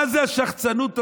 מה זה השחצנות הזאת?